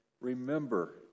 remember